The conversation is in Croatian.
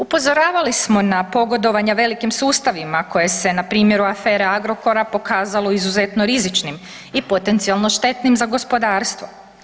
Upozoravali smo na pogodovanje velikim sustavima koja se na primjeru afere Agrokora pokazalo izuzetno rizičnim i potencijalno štetnim za gospodarstvo.